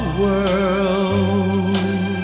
world